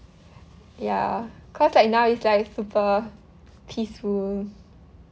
ya cause like now is like super peaceful